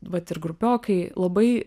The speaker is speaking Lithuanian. vat ir grupiokai labai